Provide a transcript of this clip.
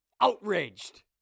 outraged